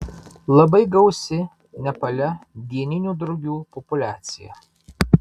labai gausi nepale dieninių drugių populiacija